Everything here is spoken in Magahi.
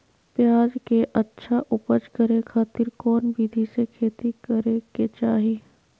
प्याज के अच्छा उपज करे खातिर कौन विधि से खेती करे के चाही?